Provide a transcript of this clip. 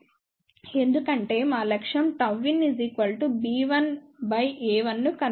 ఎందుకంటే మా లక్ష్యం Γin b1 బై a1 ను కనుగొనాలి